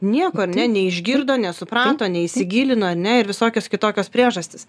nieko ar ne neišgirdo nesuprato neįsigilino ar ne ir visokios kitokios priežastys